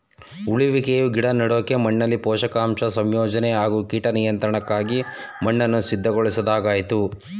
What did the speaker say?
ಉಳುವಿಕೆಯು ಗಿಡ ನೆಡೋಕೆ ಮಣ್ಣಲ್ಲಿ ಪೋಷಕಾಂಶ ಸಂಯೋಜನೆ ಹಾಗೂ ಕೀಟ ನಿಯಂತ್ರಣಕ್ಕಾಗಿ ಮಣ್ಣನ್ನು ಸಿದ್ಧಗೊಳಿಸೊದಾಗಯ್ತೆ